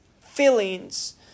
feelings